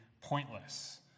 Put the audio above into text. pointless